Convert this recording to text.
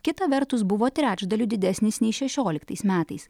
kita vertus buvo trečdaliu didesnis nei šešioliktais metais